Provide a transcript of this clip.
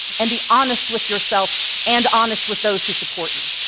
and be honest with yourself and honest with those who support you.